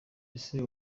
ese